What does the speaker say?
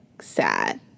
sad